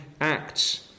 acts